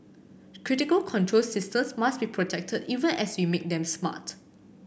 critical control systems must be protected even as we make them smart